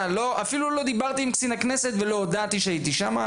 אפילו לא דיברתי עם קצין הביטחון של הכנסת כדי להודיע שאני שם,